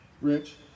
Rich